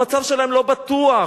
המצב שלהם לא בטוח.